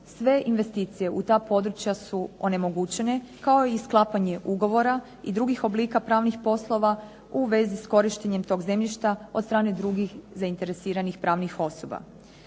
sve investicije u ta područja su onemogućene kao i sklapanje ugovora i drugih oblika pravnih poslova u vezi s korištenjem tog zemljišta od strane drugih zainteresiranih pravnih osoba.